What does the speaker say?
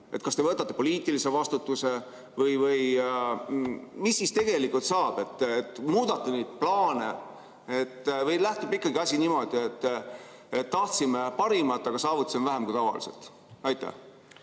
Kas te võtate poliitilise vastutuse või mis siis tegelikult saab? Kas muudate neid plaane või läheb ikkagi edasi niimoodi, et tahtsime parimat, aga saavutasime vähem, nagu tavaliselt? Tanel